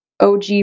OG